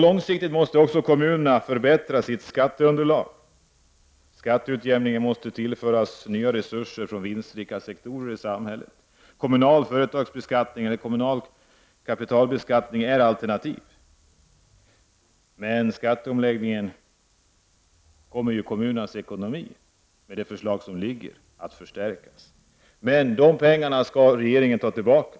Långsiktigt måste kommunerna förbättra sitt skatteunderlag. Skatteutjämningen måste tillföras nya resurser från vinstrika sektorer i samhället; kommunal företagsbeskattning eller kommunal kapitalbeskattning är alternativ. Med skatteomläggningen — enligt det förslag som föreligger — kommer kommunernas ekonomi att förstärkas. Men de pengarna skall regeringen ta tillbaka.